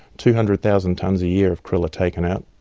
two hundred thousand tonnes a year of krill are taken out.